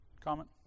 comment